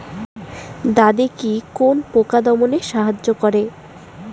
দাদেকি কোন পোকা দমনে সাহায্য করে?